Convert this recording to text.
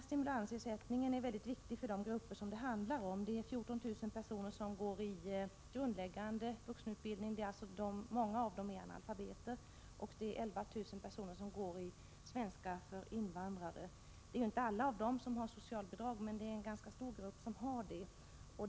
Stimulansersättningen är mycket viktig för de grupper som det handlar om. Det gäller dels 14 000 personer som går i grundläggande vuxenutbildning, varav många är analfabeter, dels 11 000 personer som studerar svenska för invandrare. Alla dessa har inte socialbidrag — men en ganska stor grupp.